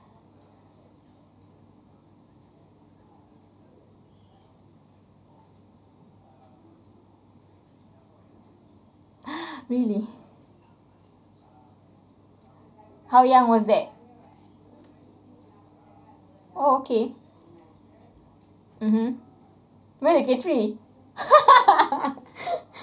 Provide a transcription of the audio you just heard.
really how young was that oh okay mmhmm man you get three